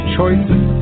Choices